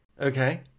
Okay